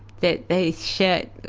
that they shut.